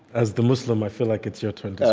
as the muslim, i feel like, it's your turn